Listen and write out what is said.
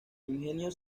ingenio